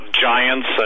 giants